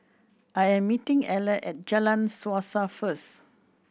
I am meeting Eller at Jalan Suasa first